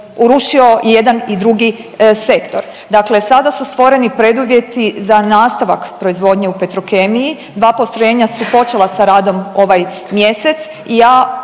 urušio i jedan i drugi sektor. Dakle sada su stvoreni preduvjeti za nastavak proizvodnje u Petrokemiji, dva postrojenja su počela sa radom ovaj mjesec